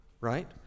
Right